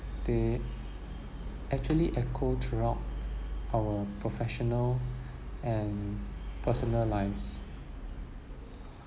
they actually echo throughout our professional and personal lives